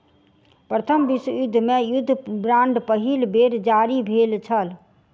प्रथम विश्व युद्ध मे युद्ध बांड पहिल बेर जारी भेल छल